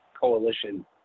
coalition